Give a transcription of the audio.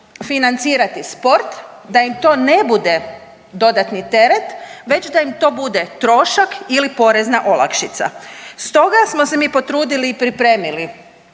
financirati sport da im to ne bude dodatni teret već da im to bude trošak ili porezna olakšica. Stoga smo se mi potrudili i pripremili